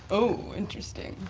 oh, interesting.